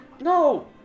No